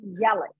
yelling